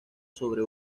sobre